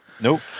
Nope